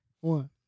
one